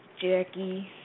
Jackie